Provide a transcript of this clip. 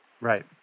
Right